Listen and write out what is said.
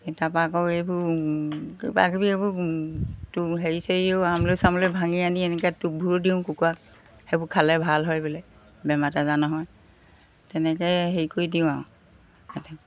এই তাৰপৰা আকৌ এইবোৰ কিবাকিবি এইবোৰ তো হেৰি চেৰিও আমলৈ চামলৈ ভাঙি আনি এনেকৈ টোপবোৰো দিওঁ কুকুৰাক সেইবোৰ খালে ভাল হয় বোলে বেমাৰ আজাৰ নহয় তেনেকৈ হেৰি কৰি দিওঁ আৰু এনেকৈ